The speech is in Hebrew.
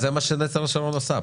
זה מה שנצר השרון עושה,